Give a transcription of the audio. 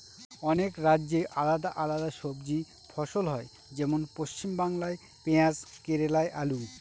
অনেক রাজ্যে আলাদা আলাদা সবজি ফসল হয়, যেমন পশ্চিমবাংলায় পেঁয়াজ কেরালায় আলু